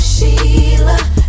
Sheila